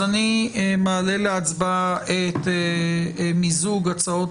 אז אני מעלה להצבעה את מיזוג הצעות